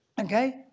okay